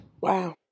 Wow